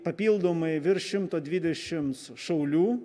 papildomai virš šimto dvidešims šaulių